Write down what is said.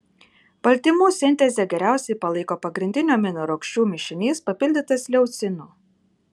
baltymų sintezę geriausiai palaiko pagrindinių aminorūgščių mišinys papildytas leucinu